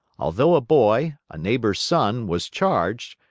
although a boy, a neighbor's son, was charged,